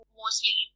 mostly